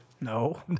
No